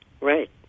Right